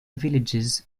villages